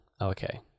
okay